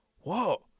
whoa